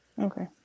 okay